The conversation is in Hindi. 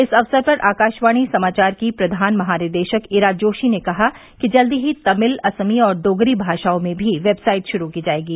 इस अवसर पर आकाशवाणी समाचार की प्रधान महानिदेशक इरा जोशी ने कहाँ कि जल्द ही तमिल असमी और डोगरी भाषाओं में भी वेबसाइट शुरू की जाएंगी